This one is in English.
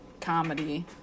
comedy